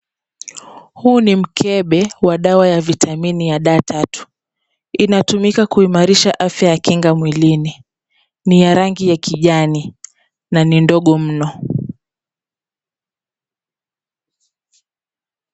Huu ni mkebe wa dawa ya vitamini ya "d3".Inatumika kuimarisha afya ya kinga mwilini, ni ya rangi ya kijani na ni ndogo mno.